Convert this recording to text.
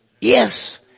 Yes